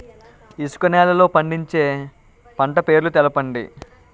ఇసుక నేలల్లో పండించే పంట పేర్లు తెలపండి?